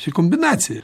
čia kombinacija